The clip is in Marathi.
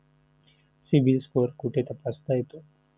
सिबिल स्कोअर कुठे तपासता येतो?